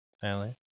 Family